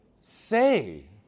Say